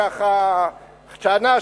ככה שנה,